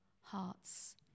hearts